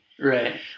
Right